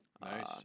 Nice